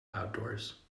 outdoors